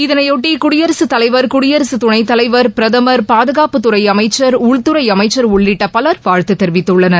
இதனையொட்டி குடியரசுத்தலைவர் குடியரசுத் துணை தலைவர் பிரதமர் பாதுகாப்புத்துறை அமைச்சர் உள்துறை அமைச்சர் உள்ளிட்ட பலர் வாழ்த்து தெரிவித்துள்ளனர்